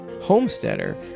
homesteader